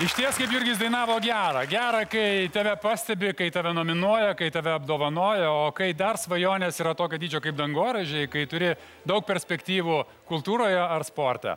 išties kaip jurgis dainavo gera gera kai tave pastebi kai tave nominuoja kai tave apdovanoja o kai dar svajonės yra tokio dydžio kaip dangoraižiai kai turi daug perspektyvų kultūroje ar sporte